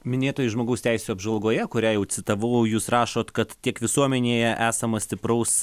minėtoje žmogaus teisių apžvalgoje kurią jau citavau jūs rašot kad tiek visuomenėje esama stipraus